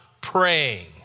praying